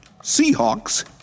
Seahawks